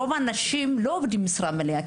רוב הנשים לא עובדות משרה מלאה,